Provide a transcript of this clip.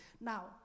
Now